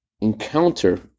encounter